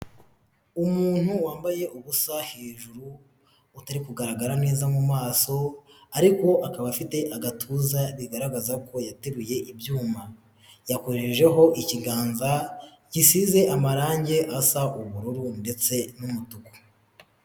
Umuntu wambaye ubusa hejuru, utari kugaragara neza mu maso, ariko akaba afite agatuza bigaragaza ko yateruye ibyuma, yakojejeho ikiganza gisize amarangi asa ubururu ndetse n'umutuku.